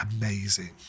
amazing